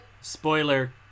Spoiler